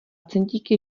centíky